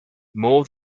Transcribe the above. mow